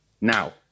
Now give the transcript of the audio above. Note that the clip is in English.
Now